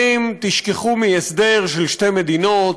תשכחו מהסדר של שתי מדינות,